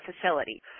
facility